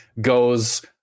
goes